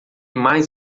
mais